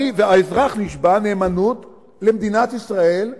האזרח נשבע נאמנות למדינת ישראל ולחוקיה.